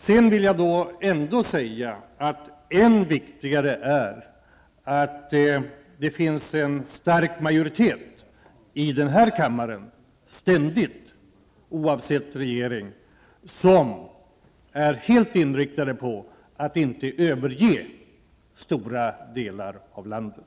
Men än viktigare är att det ständigt, oavsett regering, finns en stark majoritet här i kammaren som är helt inriktad på att inte överge stora delar av landet.